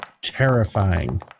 terrifying